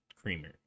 creamer